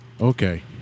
Okay